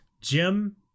Jim